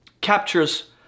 captures